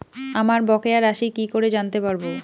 আমার বকেয়া রাশি কি করে জানতে পারবো?